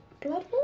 Blood